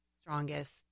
strongest